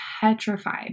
petrified